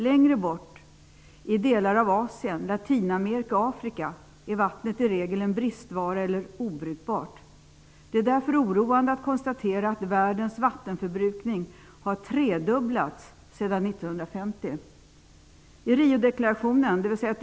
Längre bort, i delar av Asien, Latinamerika och Afrika, är vatten i regel en bristvara eller obrukbart. Det är därför oroande att konstatera att världens vattenförbrukning har tredubblats sedan 1950.